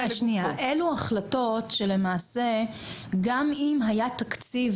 אבל אלה החלטות שלמעשה גם אם היה תקציב,